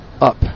up